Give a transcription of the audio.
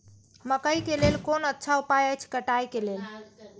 मकैय के लेल कोन अच्छा उपाय अछि कटाई के लेल?